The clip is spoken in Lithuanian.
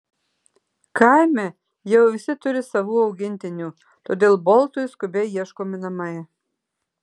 kaime jau visi turi savų augintinių todėl boltui skubiai ieškomi namai